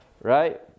right